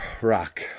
rock